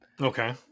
Okay